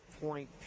point